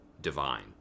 divine